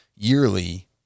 yearly